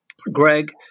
Greg